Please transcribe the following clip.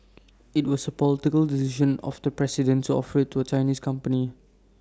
IT was A political decision of the president to offer IT to A Chinese company